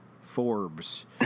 Forbes